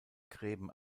gräben